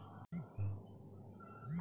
ইক ধরলের এসেটকে স্টর অফ ভ্যালু আমরা ব্যলি